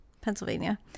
Pennsylvania